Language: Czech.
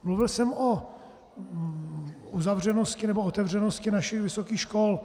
Mluvil jsem o uzavřenosti nebo otevřenosti našich vysokých škol.